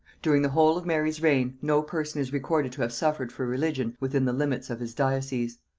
during the whole of mary's reign, no person is recorded to have suffered for religion within the limits of his diocess.